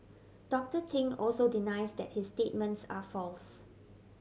Doctor Ting also denies that his statements are false